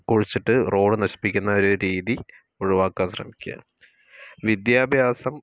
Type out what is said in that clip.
കുഴിച്ചിട്ട് റോഡ് നശിപ്പിക്കുന്ന ഒരു രീതി ഒഴിവാക്കാൻ ശ്രമിക്കുക വിദ്യാഭ്യാസം